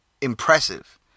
impressive